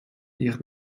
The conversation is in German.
ihren